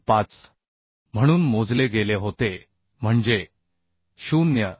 35 म्हणून मोजले गेले होते म्हणजे 0